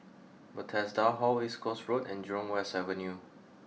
Bethesda Hall East Coast Road and Jurong West Avenue